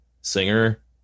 singer